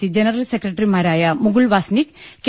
C general സെ ക്രട്ടറിമാരായ Mukul Wasnik K